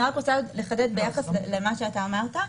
אני רוצה לחדד ביחס למה שאמרת,